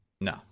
No